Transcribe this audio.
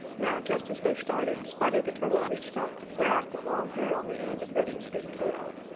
now just as they started spotty the turtle reached up and grabbed the long hair on the end of reddy's big tail.